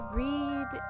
read